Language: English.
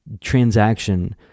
transaction